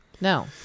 No